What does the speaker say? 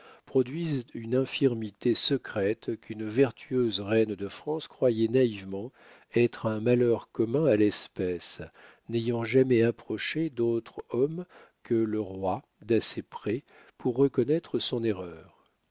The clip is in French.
produisent une infirmité secrète qu'une vertueuse reine de france croyait naïvement être un malheur commun à l'espèce n'ayant jamais approché d'autre homme que le roi d'assez près pour reconnaître son erreur